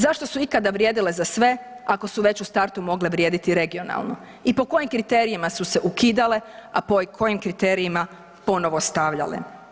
Zašto su ikada vrijedile za sve, ako su već u startu mogle vrijediti regionalno i po kojim kriterijima su se ukidale, a po kojim kriterijima ponovo stavljale?